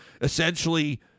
essentially